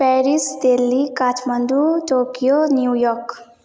Paris Delhi Kathmandu Tokyo New York